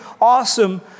awesome